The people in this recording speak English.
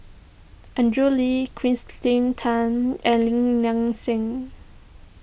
Andrew Lee Kirsten Tan and Lim Nang Seng